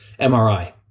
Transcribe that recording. MRI